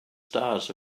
stars